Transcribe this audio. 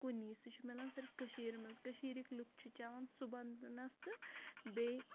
کُنی سُہ چھُ میلان صِرف کٔشیٖرِ منٛز کٔشیٖرٕکۍ لُکھ چھِ چٮ۪وان صُبحن نَس تہٕ بیٚیہِ